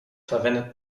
verwendet